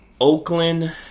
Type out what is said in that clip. Oakland